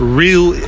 real